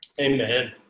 Amen